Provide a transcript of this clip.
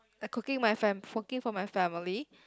like cooking my fam~ cooking for my family